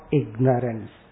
ignorance